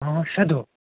پٲنٛژ شےٚ دۄہ